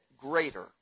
greater